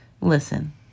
listen